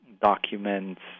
documents